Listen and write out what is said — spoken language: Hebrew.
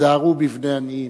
"היזהרו בבני עניים".